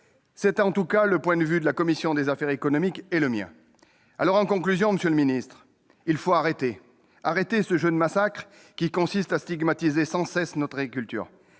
C'est en tout cas le point de vue de la commission des affaires économiques et le mien. En conclusion, monsieur le ministre, je vous demande de cesser ce jeu de massacre, qui consiste à stigmatiser sans cesse notre agriculture.